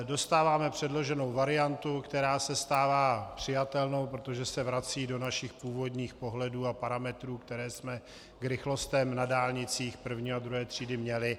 Dostáváme předloženou variantu, která se stává přijatelnou, protože se vrací do našich původních pohledů a parametrů, které jsme k rychlostem na dálnicích první a druhé třídy měli.